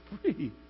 free